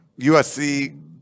USC